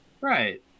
Right